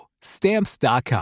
Stamps.com